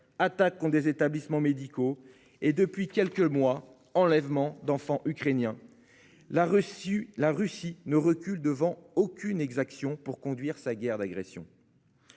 attaques contre des établissements médicaux et, depuis quelques mois, enlèvements d'enfants ukrainiens : la Russie ne recule devant aucune exaction pour conduire sa guerre d'agression